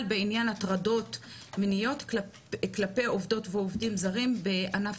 בעניין הטרדות מיניות כלפי עובדות ועובדים זרים בענף